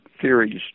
theories